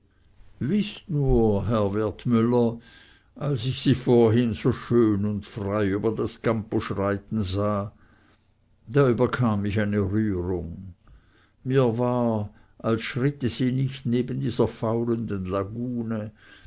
wißt nur herr wertmüller als ich sie vorhin so schön und frei über das campo schreiten sah da überkam mich eine rührung mir war als schritte sie nicht neben dieser faulenden lagune